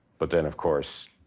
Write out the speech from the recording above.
but then of course,